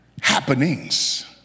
happenings